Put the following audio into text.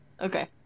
Okay